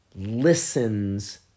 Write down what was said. listens